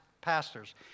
pastors